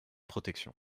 protection